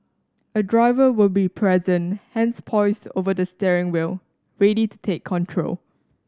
a driver will be present hands poised over the steering wheel ready to take control